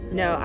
no